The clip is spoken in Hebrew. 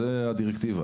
זאת הדירקטיבה,